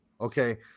okay